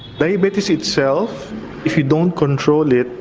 diabetes itself, if you don't control it,